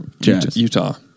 Utah